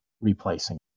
replacing